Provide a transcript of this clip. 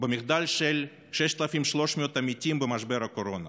במחדל של 6,300 המתים במשבר הקורונה.